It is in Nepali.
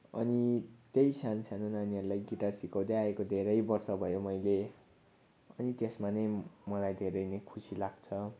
अनि त्यही सानो सानो नानीहरूलाई गिटार सिकाउँदै आएको धेरै वर्ष भयो मैले अनि त्यसमा नै मलाई धेरै नै खुसी लाग्छ